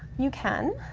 you can,